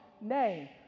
name